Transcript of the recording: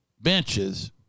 benches